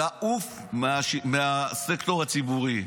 לעוף מהסקטור הציבורי.